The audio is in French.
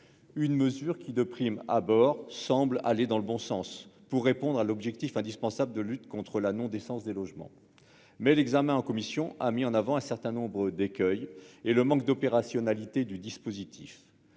Cette mesure semble, de prime abord, aller dans le bon sens pour répondre à l'objectif indispensable de lutte contre la non-décence des logements. L'examen en commission a toutefois mis en avant un certain nombre d'écueils et le manque d'opérationnalité du dispositif.